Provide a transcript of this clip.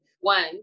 one